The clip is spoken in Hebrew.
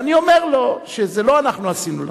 ואני אומר לו שזה לא אנחנו עשינו לכם.